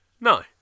No